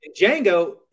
Django